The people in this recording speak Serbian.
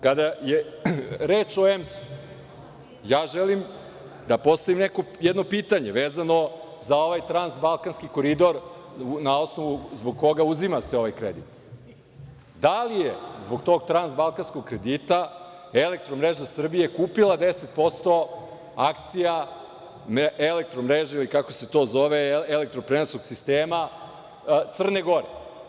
Kada je reč o EMS, želim da postavim jedno pitanje vezano za ovaj Transbalkanski koridor zbog koga se uzima ovaj kredit – da li je zbog tog transbalkanskog kredita EMS kupila 10% akcija elektro mreže ili kako se to zove, elektroprenosnog sistema Crne Gore?